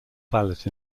ballot